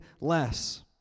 less